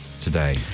today